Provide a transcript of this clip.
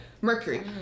Mercury